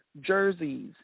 jerseys